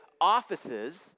offices